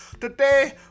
today